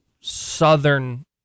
southern